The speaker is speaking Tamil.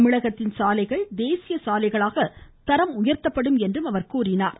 தமிழகத்தின் சாலைகள் தேசிய சாலைகளாக தரம் உயர்த்தப்படும் என்றார்